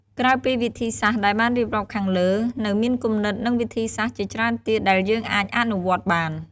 ក្រៅពីវិធីសាស្រ្តដែលបានរៀបរាប់ខាងលើ នៅមានគំនិត និងវិធីសាស្រ្តជាច្រើនទៀតដែលយើងអាចអនុវត្តបាន។